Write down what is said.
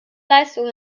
leistung